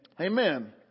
Amen